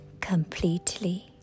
completely